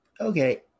Okay